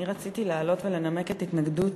אני רציתי לעלות ולנמק את התנגדות